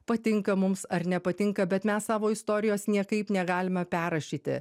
patinka mums ar nepatinka bet mes savo istorijos niekaip negalime perrašyti